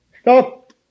Stop